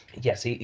Yes